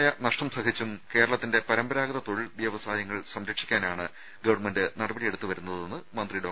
രുമ ഭീമമായ നഷ്ടം സഹിച്ചും കേരളത്തിന്റെ പരമ്പരാഗത തൊഴിൽ വ്യവസായങ്ങൾ സംരക്ഷിക്കാനാണ് ഗവൺമെന്റ് നടപടികൾ സ്വീകരിക്കുന്നതെന്ന് മന്ത്രി ഡോ